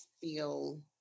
feel